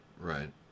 Right